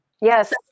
Yes